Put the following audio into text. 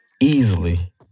Easily